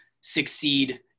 succeed